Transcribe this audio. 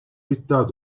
état